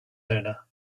owner